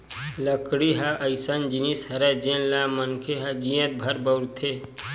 लकड़ी ह अइसन जिनिस हरय जेन ल मनखे ह जियत भर बउरथे